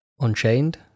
Unchained